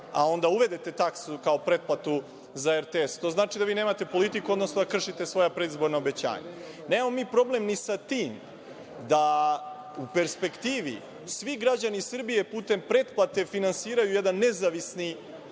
a onda uvedete taksu kao pretplatu za RTS, to znači da vi nemate politiku, odnosno da kršite svoja predizborna obećanja. Nemamo mi problem ni sa tim da u perspektivi svi građani Srbije putem pretplate finansiraju jedan nezavisni